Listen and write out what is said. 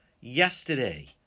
Yesterday